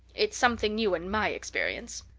it's something new in my experience.